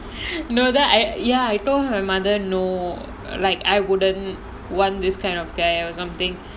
no then I told her mother no I wouldn't want this kind of guy or something